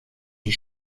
die